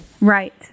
right